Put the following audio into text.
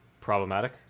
Problematic